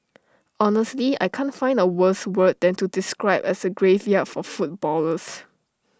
honestly I can't find A worse word than to describe as A graveyard for footballers